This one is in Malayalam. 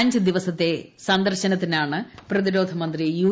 അഞ്ച് ദിവസത്തെ സന്ദർശനത്തിനാണ് പ്രതിരോധി മന്ത്രി യു